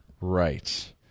right